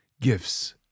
gifts